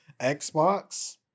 Xbox